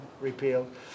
repealed